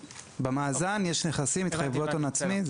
במאזן יש נכסים, יש התחייבויות הון עצמי.